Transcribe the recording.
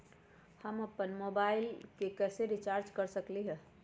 हम अपन मोबाइल में रिचार्ज कैसे कर सकली ह?